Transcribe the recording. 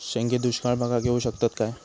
शेंगे दुष्काळ भागाक येऊ शकतत काय?